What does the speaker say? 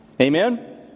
Amen